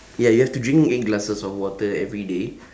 ya you have to drink eight glasses of water every day